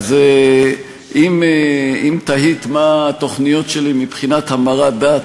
אם תהית מה התוכניות שלי מבחינת המרת דת,